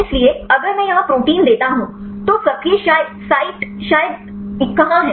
इसलिए अगर मैं यहां प्रोटीन देता हूं तो सक्रिय साइट शायद कहाँ है